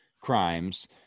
crimes